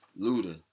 Luda